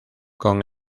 con